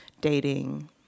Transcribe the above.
dating